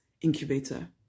Incubator